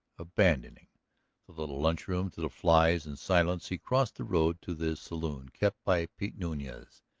abandoning the little lunch-room to the flies and silence he crossed the road to the saloon kept by pete nunez,